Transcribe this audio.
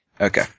Okay